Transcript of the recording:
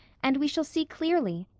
and we shall see clearly.